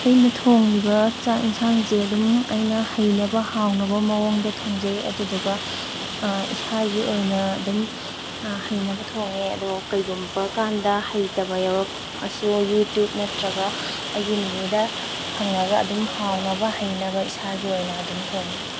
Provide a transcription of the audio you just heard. ꯑꯩꯅ ꯊꯣꯡꯂꯤꯕ ꯆꯥꯛ ꯏꯟꯁꯥꯡꯁꯦ ꯑꯗꯨꯝ ꯑꯩꯅ ꯍꯩꯅꯕ ꯍꯥꯎꯅꯕ ꯃꯑꯣꯡꯗ ꯊꯣꯡꯖꯩ ꯑꯗꯨꯗꯨꯒ ꯏꯁꯥꯒꯤ ꯑꯣꯏꯅ ꯑꯗꯨꯝ ꯍꯩꯅꯕ ꯊꯣꯡꯉꯦ ꯑꯗꯣ ꯀꯔꯤꯒꯨꯝꯕ ꯀꯥꯟꯗ ꯍꯩꯇꯕ ꯌꯥꯎꯔꯛꯑꯁꯨ ꯌꯨꯇ꯭ꯌꯨꯞ ꯅꯠꯇ꯭ꯔꯒ ꯑꯩꯒꯤ ꯅꯦꯅꯦꯗ ꯍꯪꯉꯒ ꯑꯗꯨꯝ ꯍꯥꯎꯅꯕ ꯍꯩꯅꯕ ꯏꯁꯥꯒꯤ ꯑꯣꯏꯅ ꯑꯗꯨꯝ ꯊꯣꯡꯉꯦ